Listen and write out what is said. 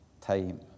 time